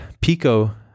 pico